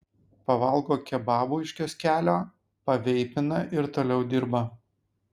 pavalgo kebabų iš kioskelio paveipina ir toliau dirba